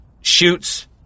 shoots